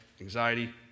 anxiety